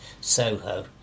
Soho